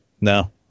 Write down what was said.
No